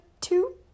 two